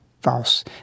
false